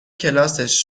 کلاسش